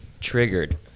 Triggered